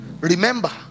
Remember